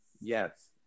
Yes